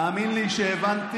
תאמין לי שהבנתי,